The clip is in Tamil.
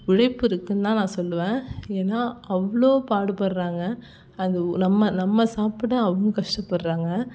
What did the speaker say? உழைப்பு இருக்குன்தான் நான் சொல்லுவேன் ஏன்னா அவ்வளோ பாடுபடுறாங்க அந்த நம்ம நம்ம சாப்பிட அவங்க கஷ்டப்படுறாங்க